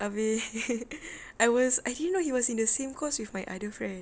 abeh I was I didn't know he was in the same course with my other friend